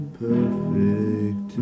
perfect